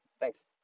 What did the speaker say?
Thanks